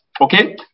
okay